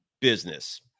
business